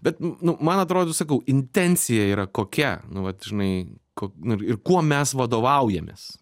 bet nu nu man atrodo sakau intencija yra kokia nu vat žinai ko nu ir kuo mes vadovaujamės